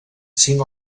cinc